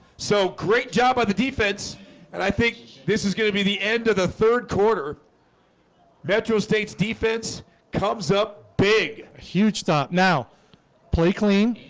so great job by the defense and i think this is going to be the end of the third quarter metro state's defense comes up big a huge stop now play clean.